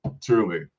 truly